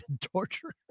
Torture